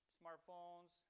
smartphones